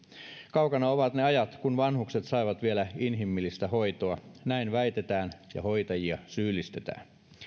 kaukana ovat ne ajat kun vanhukset saivat vielä inhimillistä hoitoa näin väitetään ja hoitajia syyllistetään